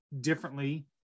differently